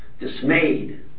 Dismayed